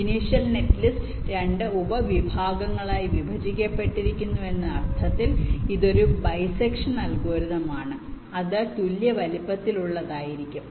initial netlist 2 ഉപവിഭാഗങ്ങളായി വിഭജിക്കപ്പെട്ടിരിക്കുന്നു എന്ന അർത്ഥത്തിൽ ഇത് ഒരു ബൈസെക്ഷൻ അൽഗോരിതം ആണ് അത് തുല്യ വലുപ്പത്തിലുള്ളതായിരിക്കും